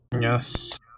Yes